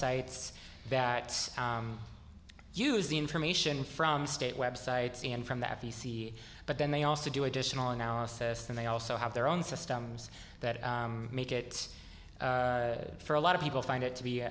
sites that use the information from state websites and from the f e c but then they also do additional analysis and they also have their own systems that make it for a lot of people find it to